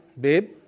babe